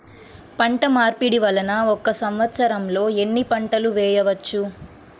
పంటమార్పిడి వలన ఒక్క సంవత్సరంలో ఎన్ని పంటలు వేయవచ్చు?